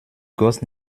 gosse